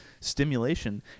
stimulation